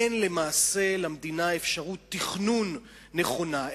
אין למעשה למדינה אפשרות תכנון נכונה,